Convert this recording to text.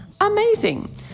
Amazing